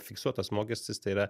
fiksuotas mokestis tai yra